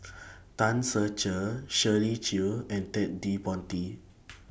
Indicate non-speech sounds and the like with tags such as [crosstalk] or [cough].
[noise] Tan Ser Cher Shirley Chew and Ted De Ponti